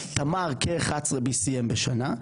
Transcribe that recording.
תמר כ-BCM11 בשנה.